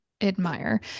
admire